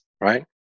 right